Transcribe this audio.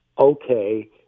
okay